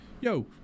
Yo